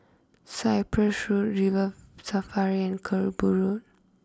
Cyprus Road River Safari and Kerbau Road